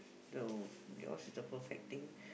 though yours is the perfect thing